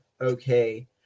Okay